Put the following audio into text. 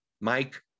Mike